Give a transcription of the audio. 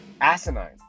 asinine